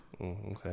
Okay